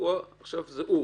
שזה הוא.